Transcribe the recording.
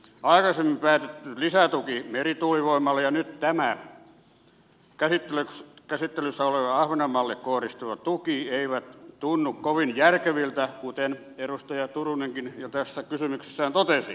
aikaisemmin päätetty lisätuki merituulivoimalle ja nyt tämä käsittelyssä oleva ahvenanmaalle kohdistuva tuki eivät tunnu kovin järkeviltä kuten edustaja turunenkin jo tässä kysymyksessään totesi